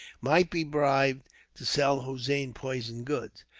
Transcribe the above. might be bribed to sell hossein poisoned goods.